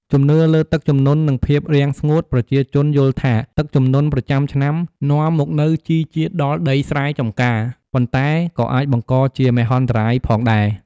ជំនឿលើទឹកជំនន់ និងភាពរាំងស្ងួត ប្រជាជនយល់ថាទឹកជំនន់ប្រចាំឆ្នាំនាំមកនូវជីជាតិដល់ដីស្រែចម្ការ ប៉ុន្តែក៏អាចបង្កជាមហន្តរាយផងដែរ។